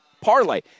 parlay